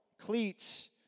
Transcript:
cleats